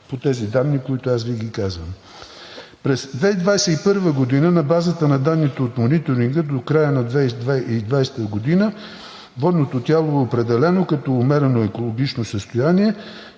по тези данни, които Ви ги казвам. През 2021 г. на базата на данните от мониторинга до края 2020 г. водното тяло е определено като умерено екологично състояние,